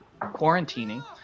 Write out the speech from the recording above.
quarantining